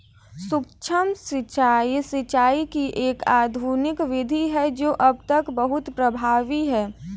सूक्ष्म सिंचाई, सिंचाई की एक आधुनिक विधि है जो अब तक बहुत प्रभावी है